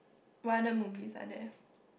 what other movies are there